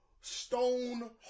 stone